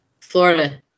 florida